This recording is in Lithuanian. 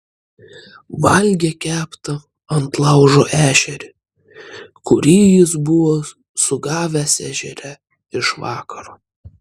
valgė keptą ant laužo ešerį kurį jis buvo sugavęs ežere iš vakaro